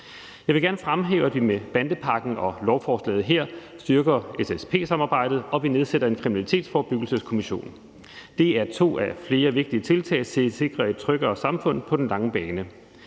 Jeg vil gerne fremhæve, at vi med bandepakken og med lovforslaget her styrker SSP-samarbejdet, og at vi nedsætter en kriminalitetsforebyggelseskommission. Det er to af flere vigtige tiltag til at sikre et tryggere samfund på den lange bane.